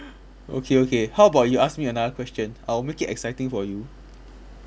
okay okay how about you ask me another question I'll make it exciting for you